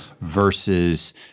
versus